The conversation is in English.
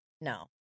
No